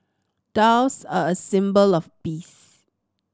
doves are a symbol of peace